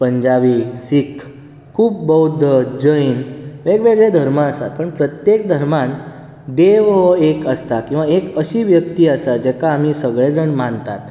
पंजाबी सीख खूब बौद्ध जैन वेगवेगळे धर्म आसात पूण प्रत्येक धर्मान देव हो एक आसता किंवा एक अशीं व्यक्ती आसा जाका आमी सगळे जाण मानतात